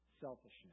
selfishness